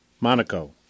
Monaco